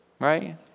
right